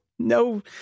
No